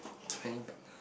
training partner